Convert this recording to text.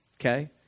okay